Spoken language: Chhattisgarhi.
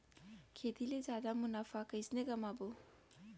खेती ले जादा मुनाफा कइसने कमाबो?